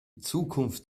zukunft